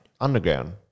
Underground